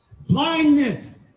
blindness